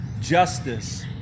justice